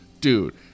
dude